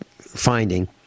finding